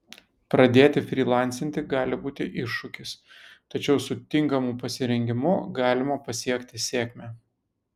pradėti frylancinti gali būti iššūkis tačiau su tinkamu pasirengimu galima pasiekti sėkmę